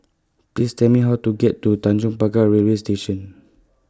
Please Tell Me How to get to Tanjong Pagar Railway Station